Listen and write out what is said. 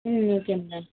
ம் okay madam